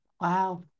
Wow